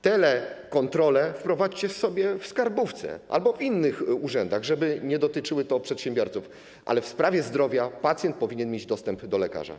Telekontrole wprowadźcie sobie w skarbówce albo w innych urzędach, żeby nie dotyczyły przedsiębiorców, ale w sprawie zdrowia pacjent powinien mieć dostęp do lekarza.